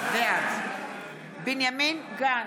בעד בנימין גנץ,